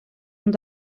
und